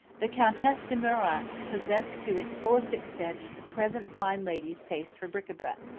the countess de mirac possessed to its fullest extent the present fine lady's taste for bric-a-brac.